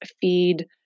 feed